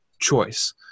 choice